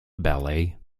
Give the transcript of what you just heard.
ballet